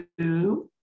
two